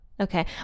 Okay